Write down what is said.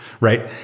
right